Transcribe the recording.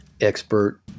expert